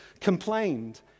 complained